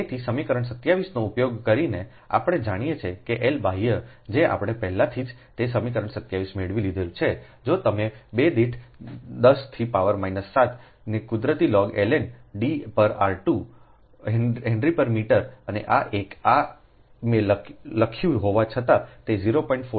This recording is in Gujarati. તેથી સમીકરણ ૨7 નો ઉપયોગ કરીને આપણે જાણીએ છીએ કે L બાહ્ય જે આપણે પહેલાથી જ તે સમીકરણ 27 મેળવી લીધું છે જો તમે 2 દીઠ 10 થી પાવર માઈનસ 7 ને કુદરતી લોગ Ln d પર r 2 Henyમીટર અને આ એક આ મેં લખ્યું હોવા છતાં તે 0